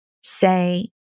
Say